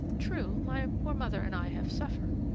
true, my poor mother and i have suffered.